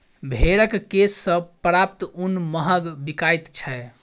भेंड़क केश सॅ प्राप्त ऊन महग बिकाइत छै